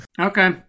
Okay